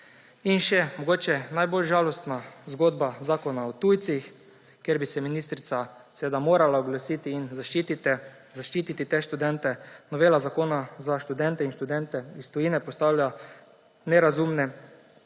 Mogoče še najbolj žalostna zgodba, Zakon o tujcih, kjer bi se ministrica seveda morala oglasiti in zaščititi te študente, novela zakona za študente in študente iz tujine postavlja nerazumne